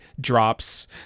drops